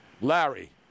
Larry